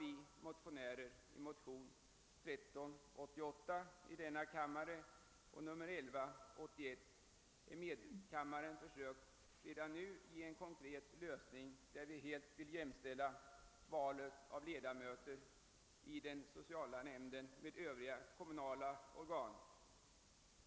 I motionsparet I:1181 och 1I1:1388 har vi motionärer försökt att anvisa en konkret lösning, där vi helt vill jämställa valet av ledamöter i den sociala nämnden med övriga sociala organ.